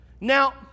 Now